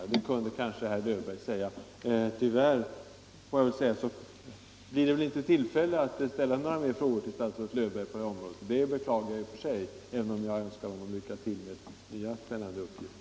På den punkten kanske herr Löfberg skulle kunna ge ett besked. Tyvärr blir det inte tillfälle att ställa några fler frågor till statsrådet Löfberg på det här området. Det beklagar jag, även om jag önskar honom lycka till i hans nya uppgift.